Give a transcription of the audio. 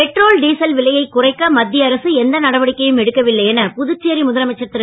petrol diesel விலையை குறைக்க மத்திய அரசு எந்த நடவடிக்கையும் எடுக்கவில்லை என புதுச்சேரி முதலமைச்சர் திரு